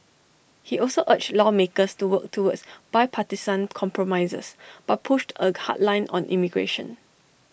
he also urged lawmakers to work towards bipartisan compromises but pushed A hard line on immigration